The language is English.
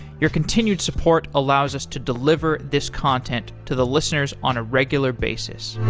your continued support allows us to deliver this content to the listeners on a regular basis